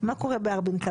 מה קורה בסרט?